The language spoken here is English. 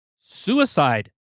suicide